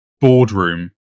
boardroom